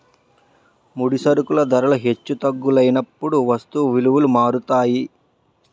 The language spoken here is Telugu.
ముడి సరుకుల ధరలు హెచ్చు తగ్గులైనప్పుడు వస్తువు విలువలు మారుతాయి